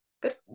good